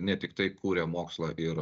ne tiktai kuria mokslą ir